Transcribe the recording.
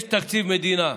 יש תקציב מדינה.